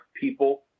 people—